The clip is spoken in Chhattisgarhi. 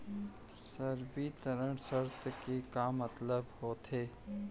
संवितरण शर्त के का मतलब होथे?